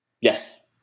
Yes